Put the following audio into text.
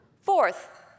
Fourth